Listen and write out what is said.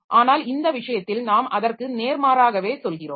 ஆனால் இந்த விஷயத்தில் நாம் அதற்கு நேர்மாறாகவே சொல்கிறோம்